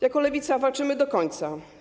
Jako Lewica walczymy do końca.